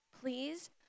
please